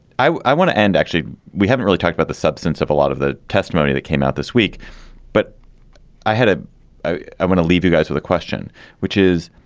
i i want to end actually we haven't really talked about the substance of a lot of the testimony that came out this week but i had a ah i want to leave you guys with a question which is